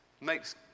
Makes